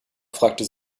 fragte